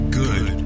good